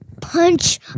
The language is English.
punch